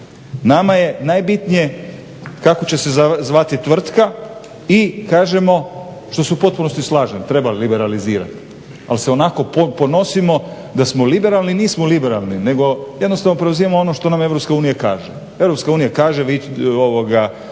Nama je najbitnije kako će se zvati tvrtka i kažemo što se u potpunosti slažem, treba liberalizirati, ali se onako ponosimo da smo liberalni. Nismo liberalni nego jednostavno preuzimamo ono što nam EU kaže. EU kaže mi znači